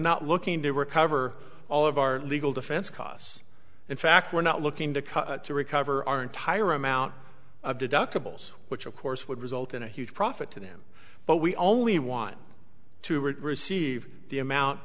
not looking to recover all of our legal defense costs in fact we're not looking to cut to recover our entire amount of deductibles which of course would result in a huge profit to them but we only want to return receive the amount